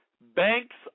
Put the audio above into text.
Banks